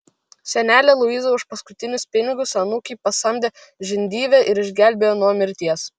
senelė luiza už paskutinius pinigus anūkei pasamdė žindyvę ir išgelbėjo nuo mirties